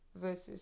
versus